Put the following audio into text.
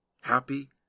Happy